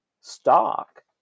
stock